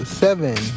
seven